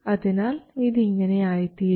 അതിനാൽ ഇത് ഇങ്ങനെ ആയി തീരും